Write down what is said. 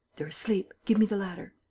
they're asleep. give me the ladder.